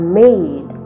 made